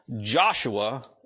Joshua